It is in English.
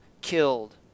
killed